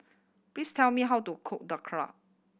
please tell me how to cook Dhokla